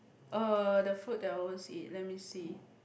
uh the food that I always eat let me see